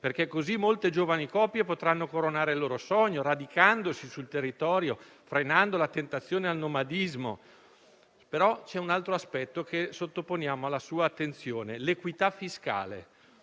perché così molte giovani coppie potranno coronare il loro sogno, radicandosi sul territorio e frenando la tentazione al nomadismo. C'è però un altro aspetto che sottoponiamo alla sua attenzione: l'equità fiscale.